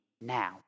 now